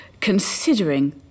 considering